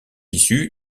issu